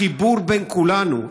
החיבור בין כולנו,